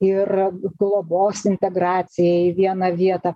ir globos integracija į vieną vietą